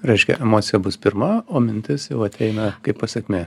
reiškia emocija bus pirma o mintis jau ateina kaip pasekmė